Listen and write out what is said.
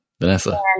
Vanessa